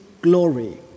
glory